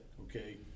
okay